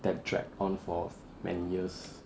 that dragged on for many years